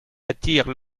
attire